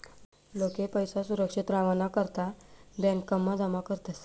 लोके पैसा सुरक्षित रावाना करता ब्यांकमा जमा करतस